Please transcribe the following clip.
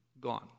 Gone